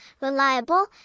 reliable